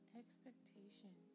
expectation